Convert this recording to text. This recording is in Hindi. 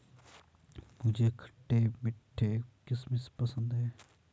मुझे खट्टे मीठे किशमिश पसंद हैं